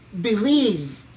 believe